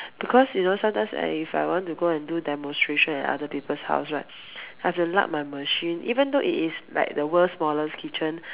because you know sometimes if I want to go and do demonstration at other people's house right I have to lug my machine even though it is like the world's smallest kitchen